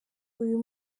uyu